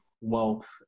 wealth